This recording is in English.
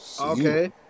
Okay